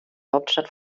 hauptstadt